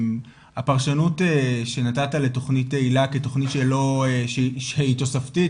הפרשנות שנתת לתוכנית היל"ה כתוכנית שהיא תוספתית,